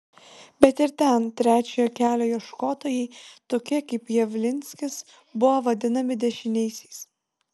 bet ir ten trečiojo kelio ieškotojai tokie kaip javlinskis buvo vadinami dešiniaisiais